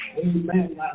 Amen